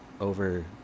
over